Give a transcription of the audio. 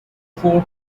four